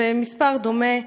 ומספר דומה,